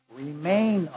remain